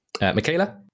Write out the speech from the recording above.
Michaela